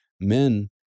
Men